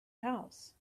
house